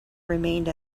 remained